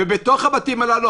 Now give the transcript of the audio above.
ובתוך הבתים הללו,